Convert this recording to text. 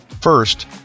First